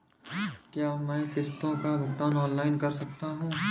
क्या मैं किश्तों का भुगतान ऑनलाइन कर सकता हूँ?